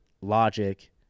Logic